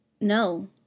No